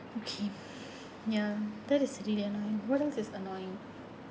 okay ya that is really annoying ya lah what else is annoying